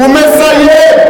הוא מסיים.